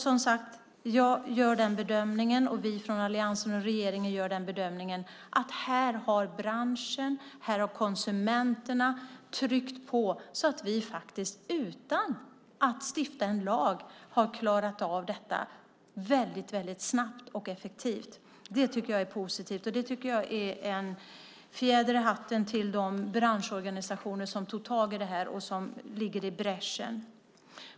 Som sagt, jag gör bedömningen, och alliansen och regeringen gör bedömningen, att här har branschen och konsumenterna tryckt på så att vi utan att stifta en lag klarat av detta mycket snabbt och effektivt. Det tycker jag är positivt och en fjäder i hatten för de branschorganisationer som tagit tag i problemet och går i bräschen.